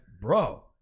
bro